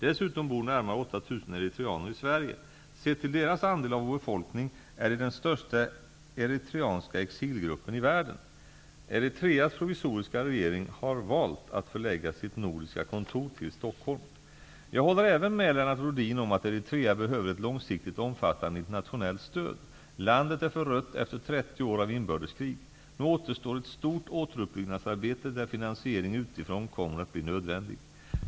Dessutom bor närmare 8 000 eritreaner i Sverige. Sett till deras andel av vår befolkning är det den största eritreanska exilgruppen i världen. Eritreas provisoriska regering har valt att förlägga sitt nordiska kontor till Jag håller även med Lennart Rohdin om att Eritrea behöver ett långsiktigt och omfattande internationellt stöd. Landet är förött efter 30 år av inbördeskrig. Nu återstår ett stort återuppbyggnadsarbete där finansiering utifrån kommer att bli nödvändig.